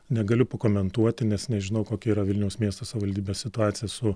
negaliu pakomentuoti nes nežinau kokia yra vilniaus miesto savivaldybės situacija su